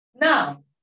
Now